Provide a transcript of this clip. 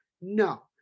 No